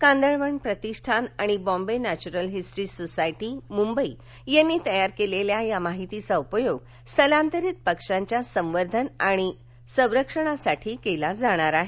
कांदळवन प्रतिष्ठान आणि Bombay natural history society Mumbai यांनी तयार केलेल्या या माहितीचा उपयोग स्थलांतरित पक्ष्यांच्या संवर्धन आणि संरक्षणासाठी केला जाणार आहे